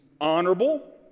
honorable